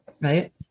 Right